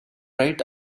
right